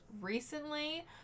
recently